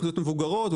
אוכלוסיות מבוגרות,